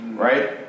Right